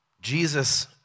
Jesus